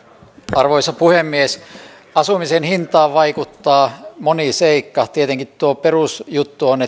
arvoisa puhemies asumisen hintaan vaikuttaa moni seikka tietenkin perusjuttu on